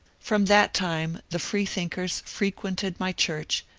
from that time the freethinkers frequented my church,